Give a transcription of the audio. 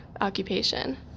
occupation